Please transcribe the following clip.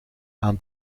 aan